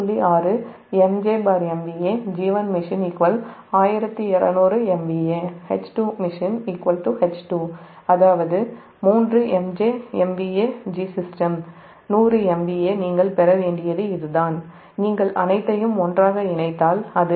6 MJMVA G1machine 1200MVA H2machineH2 அதாவது 3 MJMVA Gsystem 100MVA நீங்கள் பெற வேண்டியது இதுதான் நீங்கள் அனைத்தையும் ஒன்றாக இணைத்தால் அது 54